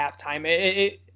halftime